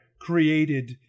created